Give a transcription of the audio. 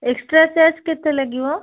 extra charge କେତେ ଲାଗିବ